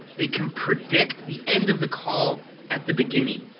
they can predict the end of the call at the beginning.